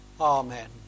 Amen